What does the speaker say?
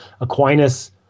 Aquinas